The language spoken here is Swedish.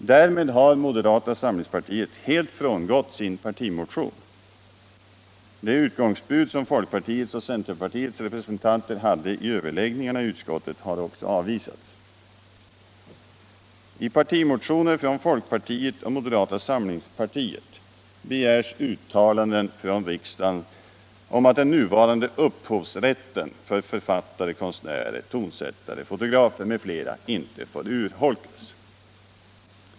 Därmed har moderaterna helt frångått sin partimotion. De utgångsbud som folkpartiets och centerpartiets representanter hade vid överläggningarna i utskottet har också avvisats. I partimotioner från folkpartiet och moderata samlingspartiet begärs uttalanden från riksdagen om att den nuvarande upphovsrätten för författare, konstnärer, tonsättare, fotografer m.fl. inte får urholkas.